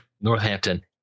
Northampton